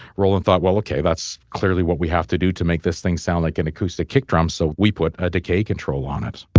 roland thought well okay, that's clearly what we have to do to make this thing sound like an acoustic kick drum, so we put a decay control on it